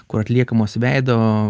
kur atliekamos veido